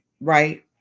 right